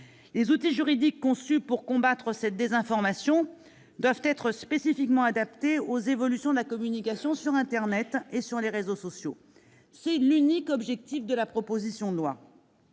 Les outils juridiques conçus pour combattre cette désinformation doivent donc être spécifiquement adaptés aux évolutions de la communication sur internet et sur les réseaux sociaux. C'est l'unique objectif de cette proposition de loi